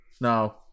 no